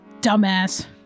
dumbass